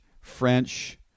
French